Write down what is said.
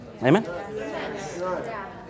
Amen